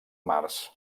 març